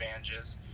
advantages